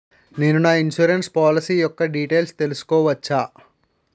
నేను నా insurance policy యెక్క డీటైల్స్ తెల్సుకోవచ్చా?